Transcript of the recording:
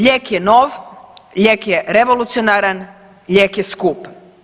Lijek je nov, lijek je revolucionaran, lijek je skup.